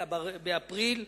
אלא באפריל.